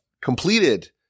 completed